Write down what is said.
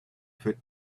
foot